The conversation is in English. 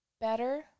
better